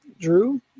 Drew